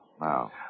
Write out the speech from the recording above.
Wow